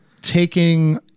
taking